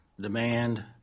Demand